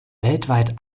weltweit